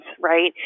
right